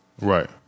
Right